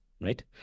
right